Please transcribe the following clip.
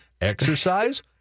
Exercise